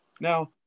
Now